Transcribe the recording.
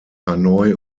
hanoi